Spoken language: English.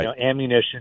ammunition